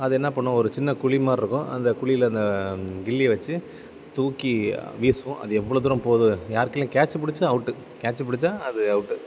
அது என்ன பண்ணுவோம் ஒரு சின்ன குழிமார்ருக்கும் அந்த குழியில அந்த கில்லியை வச்சு தூக்கி வீசுவோம் அது எவ்வளோ தூரம் போது யார் கைலியும் கேட்ச் பிடிச்சா அவுட் கேட்ச் பிடிச்சா அது அவுட்